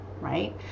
right